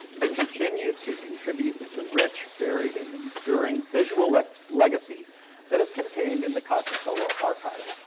they continued to contribute the rich, varied and enduring visual like legacy that is contained in the casasola archive.